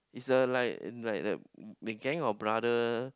it's a like like a gang of brother